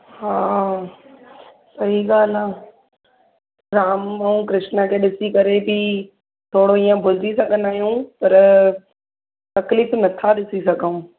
हा सही ॻाल्हि आहे जामु भई कृष्ण खे ॾिसी करे बि थोरो हीअ भुलिजी सघंदा आहियूं पर तक़लीफ़ नथां ॾिसीं सघूं